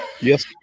Yes